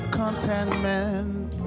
contentment